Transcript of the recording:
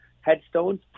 headstones